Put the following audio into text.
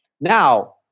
Now